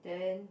then